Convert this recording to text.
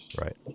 right